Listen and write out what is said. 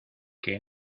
que